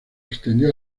extendió